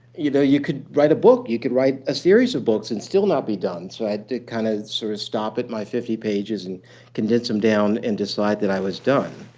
you know you could write a book. you could write a series of books and still not be done. so i had to kind of sort of stop at my fifty pages and condense them down and decide that i was done.